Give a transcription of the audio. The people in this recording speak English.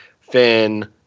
Finn